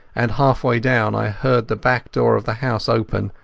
and half-way down i heard the back door of the house open,